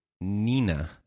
Nina